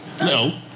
no